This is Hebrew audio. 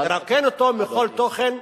נא, לרוקן אותו מכל תוכן,